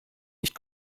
nicht